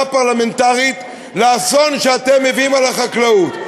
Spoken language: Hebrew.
פרלמנטרית לאסון שאתם מביאים על החקלאות.